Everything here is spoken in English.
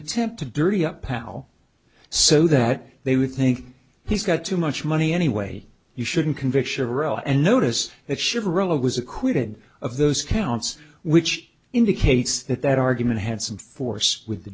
attempt to dirty up pal so that they would think he's got too much money anyway you shouldn't conviction a row and notice that sharon was acquitted of those counts which indicates that that argument had some force with the